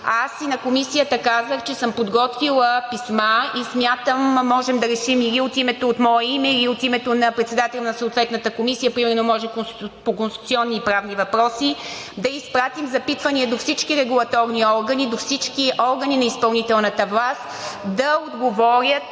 Аз и на Комисията казах, че съм подготвила писма и смятам, че можем да решим – или от мое име, или от името на председателя на съответната комисия, примерно може по конституционни и правни въпроси, да изпратим запитвания до всички регулаторни органи, до всички органи на изпълнителната власт, да отговорят